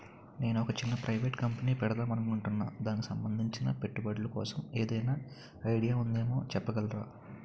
నేను ఒక చిన్న ప్రైవేట్ కంపెనీ పెడదాం అనుకుంటున్నా దానికి సంబందించిన పెట్టుబడులు కోసం ఏదైనా ఐడియా ఉందేమో చెప్పగలరా?